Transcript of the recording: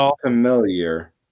familiar